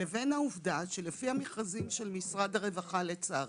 לבין העובדה שלפי המכרזים של משרד הרווחה לצערי,